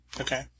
Okay